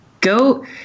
go